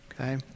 okay